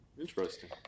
interesting